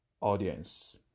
audience